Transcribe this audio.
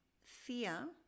fear